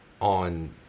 on